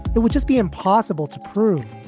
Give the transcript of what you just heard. that would just be impossible to prove.